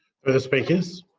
further speakers?